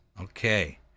Okay